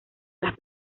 las